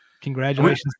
Congratulations